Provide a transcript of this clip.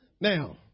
Now